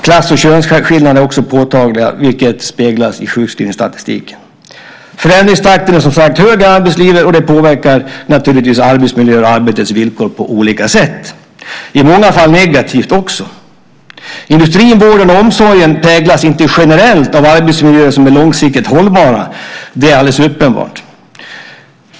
Klass och könsskillnaderna är också påtagliga, vilket speglas i sjukskrivningsstatistiken. Förändringstakten är som sagt hög i arbetslivet, och det påverkar naturligtvis arbetsmiljöer och arbetsvillkor på olika sätt - i många fall också negativt. Industrin, vården och omsorgen präglas inte generellt av arbetsmiljöer som är långsiktigt hållbara; det är alldeles uppenbart.